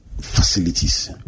facilities